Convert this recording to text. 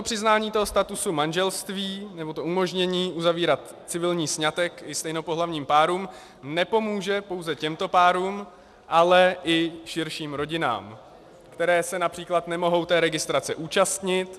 Přiznání statusu manželství, nebo to umožnění uzavírat civilní sňatek i stejnopohlavním párům, nepomůže pouze těmto párům, ale i širším rodinám, které se například nemohou té registrace účastnit.